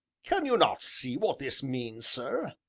can you not see what this means, sir?